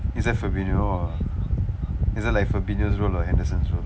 is that is it like role or henderson's role